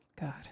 God